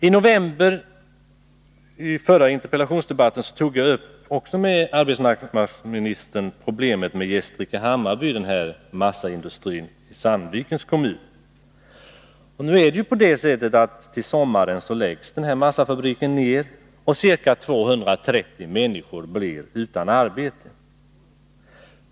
I den förra interpellationsdebatten i november tog jag också upp med arbetsmarknadsministern problemet med Gästrike-Hammarby, en massaindustrii Sandvikens kommun. Till sommaren läggs ju den massafabriken ned, och ca 230 människor blir utan arbete.